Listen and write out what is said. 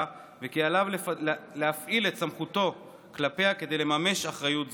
וכי עליו להפעיל את סמכותו כלפיה כדי לממש אחריות זו.